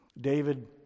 David